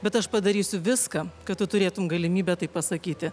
bet aš padarysiu viską kad tu turėtum galimybę tai pasakyti